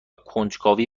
کنجکاوی